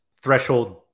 threshold